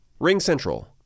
RingCentral